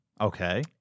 Okay